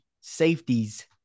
safeties